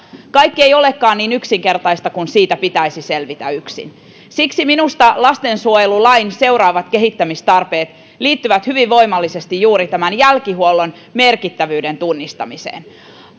kaikki ei olekaan niin yksinkertaista kun siitä pitäisi selvitä yksin siksi minusta lastensuojelulain seuraavat kehittämistarpeet liittyvät hyvin voimallisesti juuri jälkihuollon merkittävyyden tunnistamiseen